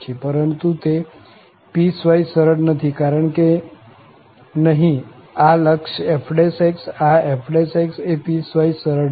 પરંતુ તે પીસવાઈસ સરળ નથી કારણ કે નહિ આ લક્ષ f આ fx એ પીસવાઈસ સરળ નથી